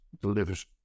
delivers